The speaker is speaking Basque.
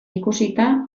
ikusita